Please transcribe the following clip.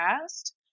past